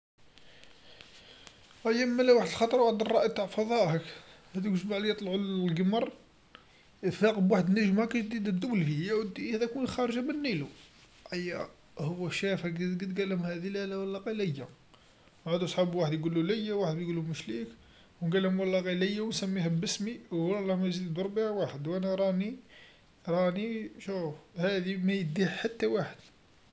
أيا مالا وحد الخطرا وحد الرائد تع الفضاء، هاذوك الجماعه ليطلعو للقمر فاقو بوحد النجما كتزيد الضو لي يا ودي هذاك وين خارجه مالنيو، أيا هو شافها قد قد قالهم هاذي لا لا و الله غي ليا، عاد صحاب واحد يقولو ليا واحد يقولو مش ليك، و قالهم و الله غ ليا و نسميها باسمي و الله ما يزيد يدور بيها واحد وانا راني، راني شوف هاذي ميديها حتى واحد.